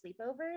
sleepovers